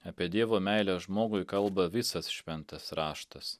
apie dievo meilę žmogui kalba visas šventas raštas